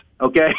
okay